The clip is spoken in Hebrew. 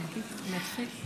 שאני אתחיל?